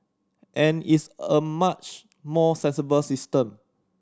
and it's a much more sensible system